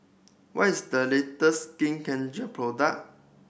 what is the latest Skin Ceutical product